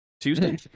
Tuesday